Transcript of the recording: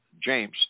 James